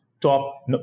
top